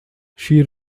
she